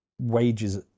wages